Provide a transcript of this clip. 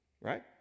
right